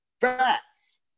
Facts